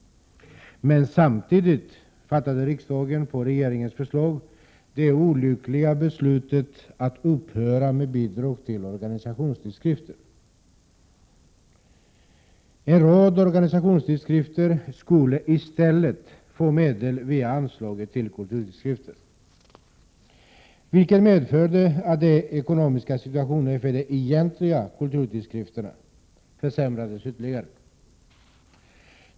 Samtidigt fattade riksdagen emellertid, på regeringens förslag, det olyckliga beslutet att upphöra med bidrag till organisationstidskrifter. En rad oOrganisationstidskrifter skulle i stället få medel via anslaget till kulturtidskrifter, vilket medförde att den ekonomiska situationen för de egentliga kulturtidskrifterna försämrades ytterligare.